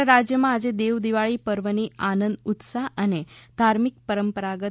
સમગ્ર રાજ્યમાં આજે દેવ દિવાળી પર્વની આનંદ ઉત્સાહ અને ધાર્મિક પરંપરાગત